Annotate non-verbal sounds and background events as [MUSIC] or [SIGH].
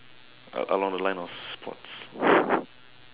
a~ along the line of sports [BREATH]